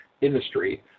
industry